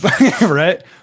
right